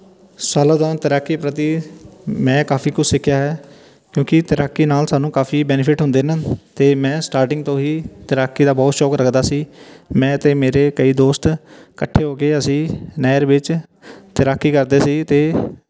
ਸਾਲਾਂ ਦੌਰਾਨ ਤੈਰਾਕੀ ਪ੍ਰਤੀ ਮੈਂ ਕਾਫੀ ਕੁਛ ਸਿੱਖਿਆ ਹੈ ਕਿਉਂਕਿ ਤੈਰਾਕੀ ਨਾਲ ਸਾਨੂੰ ਕਾਫੀ ਬੈਨੀਫਿਟ ਹੁੰਦੇ ਨੇ ਅਤੇ ਮੈਂ ਸਟਾਰਟਿੰਗ ਤੋਂ ਹੀ ਤੈਰਾਕੀ ਦਾ ਬਹੁਤ ਸ਼ੌਂਕ ਰੱਖਦਾ ਸੀ ਮੈਂ ਅਤੇ ਮੇਰੇ ਕਈ ਦੋਸਤ ਇਕੱਠੇ ਹੋ ਕੇ ਅਸੀਂ ਨਹਿਰ ਵਿੱਚ ਤੈਰਾਕੀ ਕਰਦੇ ਸੀ ਅਤੇ